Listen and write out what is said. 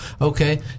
Okay